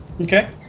Okay